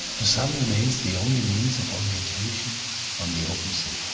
the sun remains the only means of orientation on the open sea.